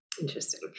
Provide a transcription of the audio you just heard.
Interesting